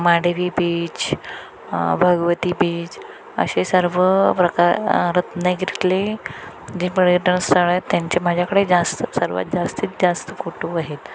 Mandavi beach Bhagwati beach असे सर्व प्रकार रत्नगिरीतले जे पर्यटन स्थळ आहेत त्यांचे माझ्याकडे जास्त सर्वात जास्तीत जास्त फोटू आहेत